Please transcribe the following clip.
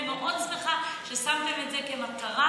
אני מאוד שמחה ששמתם את זה כמטרה,